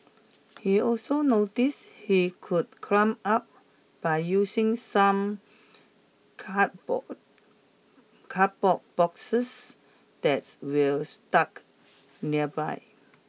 he also noticed he could climb up by using some cardboard cardboard boxes that's were stuck nearby